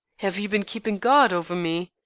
have you been keeping guard over me?